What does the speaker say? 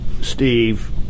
Steve